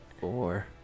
Four